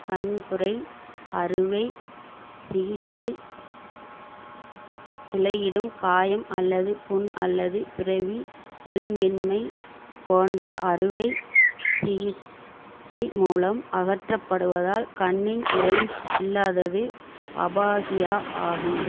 கண்புரை அறுவை சிகிச்சை துளையிடும் காயம் அல்லது புண் அல்லது பிறவி ஒழுங்கின்மை போன்ற அறுவை சிகிச்சை மூலம் அகற்றப்படுவதால் கண்ணின் லென்ஸ் இல்லாதது அபாகியா ஆகும்